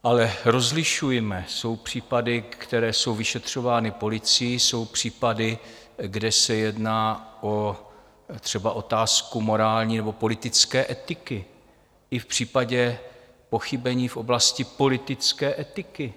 Ale rozlišujme, jsou případy, které jsou vyšetřovány policií, jsou případy, kde se jedná třeba o otázku morální nebo politické etiky, i v případě pochybení v oblasti politické etiky.